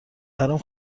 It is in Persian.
برام